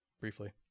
briefly